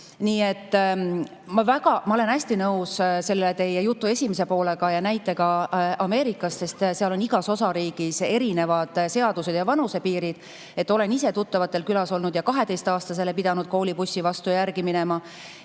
Nii et ma olen hästi nõus selle teie jutu esimese poolega ja näitega Ameerikast, kus on igas osariigis erinevad seadused ja vanusepiirid. Olen ise tuttavatel külas olnud ja 12-aastasele pidanud koolibussi vastu järgi minema.